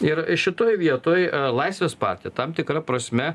ir šitoj vietoj laisvės partija tam tikra prasme